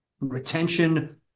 retention